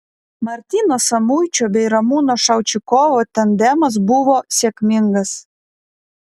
martyno samuičio bei ramūno šaučikovo tandemas buvo sėkmingas